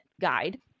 guide